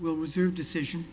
will reserve decision